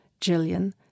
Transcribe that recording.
Jillian